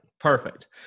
Perfect